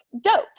dope